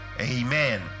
Amen